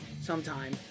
sometime